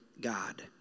God